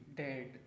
dead